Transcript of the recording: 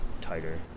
tighter